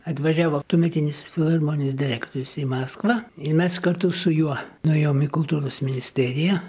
atvažiavo tuometinis filharmonijos direktorius į maskvą ir mes kartu su juo nuėjom į kultūros ministeriją